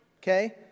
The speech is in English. okay